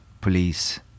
police